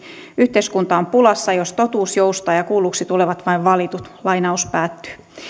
yhteiskunta on pulassa jos totuus joustaa ja kuulluksi tulevat vain valitut